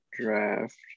draft